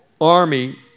army